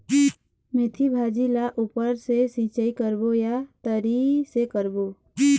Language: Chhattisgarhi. मेंथी भाजी ला ऊपर से सिचाई करबो या तरी से करबो?